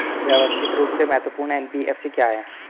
व्यवस्थित रूप से महत्वपूर्ण एन.बी.एफ.सी क्या हैं?